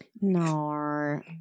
no